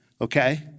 okay